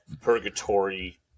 purgatory